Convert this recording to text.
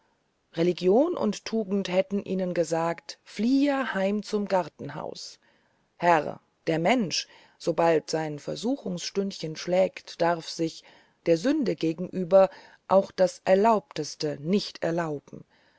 religion und tugend hätten ihnen gesagt fliehe heim zum gartenhaus herr der mensch sobald sein versuchungsstündchen schlägt darf sich der sünde gegenüber auch das erlaubteste nicht erlauben